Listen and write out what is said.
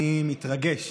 אני מתרגש.